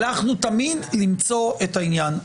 הלכנו תמיד למצוא את העניין.